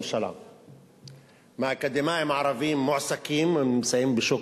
ש-81% מהאקדמאים הערבים מועסקים ונמצאים בשוק